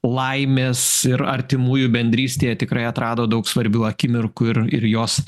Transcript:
laimės ir artimųjų bendrystėje tikrai atradot daug svarbių akimirkų ir ir jos